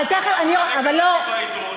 אבל לא,